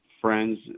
friends